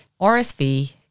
RSV